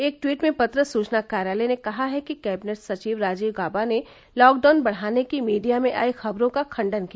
एक ट्वीट में पत्र सूचना कार्यालय ने कहा है कि कैबिनेट सचिव राजीव गॉबा ने लॉकडाउन बढ़ाने की मीडिया में आई खबरों का खंडन किया